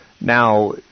Now